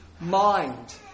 mind